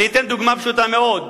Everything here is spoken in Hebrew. אני אתן דוגמה פשוטה מאוד.